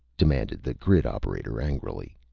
demanded the grid operator angrily.